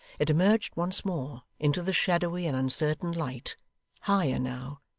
it emerged once more, into the shadowy and uncertain light higher now,